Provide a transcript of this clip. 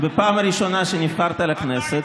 אבל מה לעשות, בפעם הראשונה שנבחרת לכנסת,